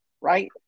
right